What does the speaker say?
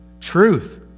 Truth